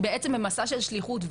היא בעצם במסע של שליחות,